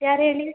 ಯಾರು ಹೇಳಿ